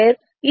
2 k 3